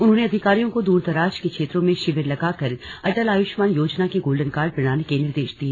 उन्होंने अधिकारियों को दूरदराज के क्षेत्रों में शिविर लगाकर अटल आयुष्मान योजना के गोल्डन कार्ड बनाने के निर्देश दिए